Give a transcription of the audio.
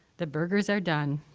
the burgers are done,